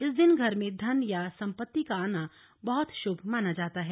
इन दिन घर में धन या सम्पत्ति का आना बहुत शुभ माना जाता है